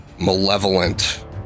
malevolent